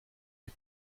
you